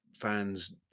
fans